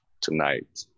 tonight